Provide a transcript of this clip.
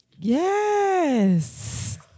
Yes